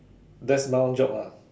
desk bound job lah